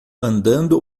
andando